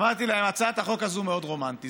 אמרתי להם: הצעת החוק הזאת מאוד רומנטית.